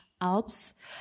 Alps